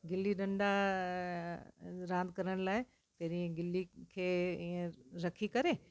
गिल्ली डंडा रांदि करण लाइ पहिरियों गिल्ली खे ईअं रखी करे